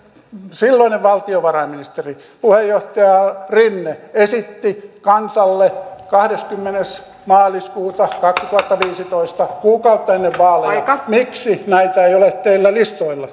silloinen valtiovarainministeri puheenjohtaja rinne esitti kansalle kahdeskymmenes maaliskuuta kaksituhattaviisitoista kuukautta ennen vaaleja miksi näitä ei ole teillä listoilla